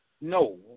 No